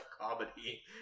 comedy